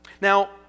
Now